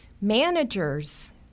Managers